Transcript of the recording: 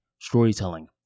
storytelling